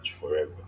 forever